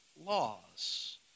laws